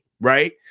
right